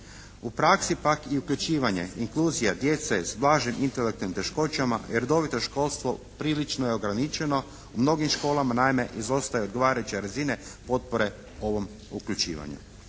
U praksi pak i uključivanje inkluzija djece s blažim intelektualnim teškoćama redovito školstvo prilično je ograničeno, u mnogim školama naime izostaju odgovarajuće razine potpore ovom uključivanju.